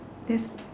there's